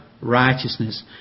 righteousness